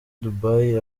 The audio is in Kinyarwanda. dubai